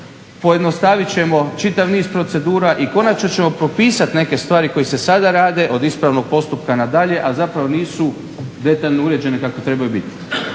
Pojednostavit ćemo čitav niz procedura i konačno ćemo propisat neke stvari koje se sada rade, od ispravnog postupka nadalje, a zapravo nisu detaljno uređene kako trebaju biti.